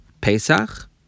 Pesach